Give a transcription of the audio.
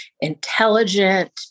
intelligent